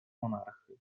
monarchy